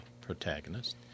protagonist